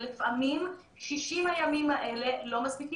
לא,